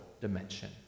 dimension